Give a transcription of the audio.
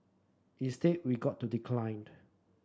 instead we got to decline